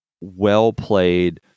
well-played